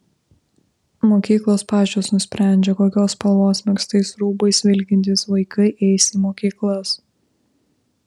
mokyklos pačios nusprendžia kokios spalvos megztais rūbais vilkintys vaikai eis į mokyklas